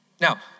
Now